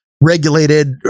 regulated